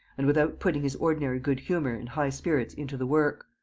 and without putting his ordinary good humour and high spirits into the work.